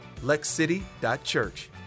LexCity.Church